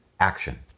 action